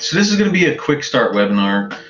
this is going to be a quick start webinar.